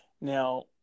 Now